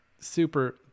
super